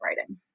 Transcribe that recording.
writing